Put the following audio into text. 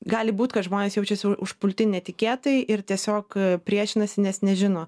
gali būt kad žmonės jaučiasi u užpulti netikėtai ir tiesiog priešinasi nes nežino